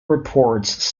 reports